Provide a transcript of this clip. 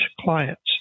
clients